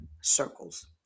circles